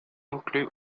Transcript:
inclut